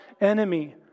enemy